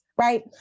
right